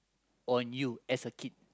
on you as a kid